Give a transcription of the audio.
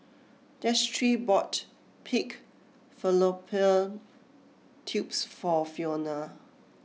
Destry bought Pig Fallopian Tubes for Fiona